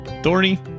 Thorny